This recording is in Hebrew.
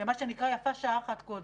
ומה שנקרא, יפה שעה אחת קודם.